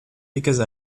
because